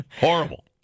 Horrible